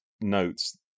notes